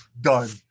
Done